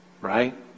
right